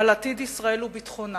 על עתיד ישראל וביטחונה,